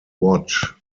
watch